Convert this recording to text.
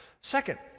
Second